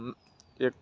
હમ એક